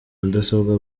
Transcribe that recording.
mudasobwa